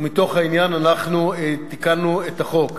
ומתוך העניין אנחנו תיקנו את החוק.